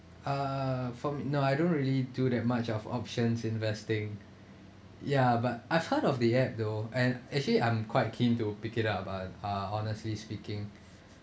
uh from no I don't really do that much of options investing ya but I've heard of the app though and actually I'm quite keen to pick it up but ah honestly speaking